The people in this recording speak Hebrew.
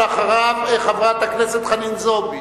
חברת הכנסת חנין זועבי.